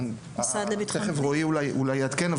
תיכף רועי אולי יעדכן.